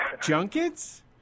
junkets